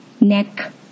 neck